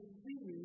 see